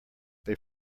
they